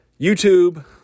YouTube